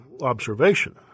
observation